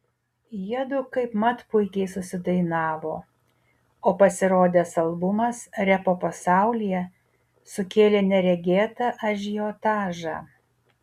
jiedu kaipmat puikiai susidainavo o pasirodęs albumas repo pasaulyje sukėlė neregėtą ažiotažą